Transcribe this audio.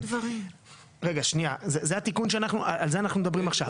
זה התיקון שעליו אנחנו מדברים עכשיו.